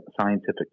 scientific